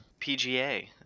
PGA